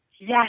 Yes